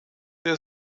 der